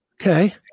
Okay